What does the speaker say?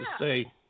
say